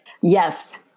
yes